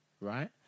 right